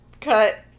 Cut